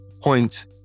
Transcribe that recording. point